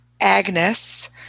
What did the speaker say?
Agnes